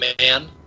Man